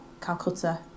Calcutta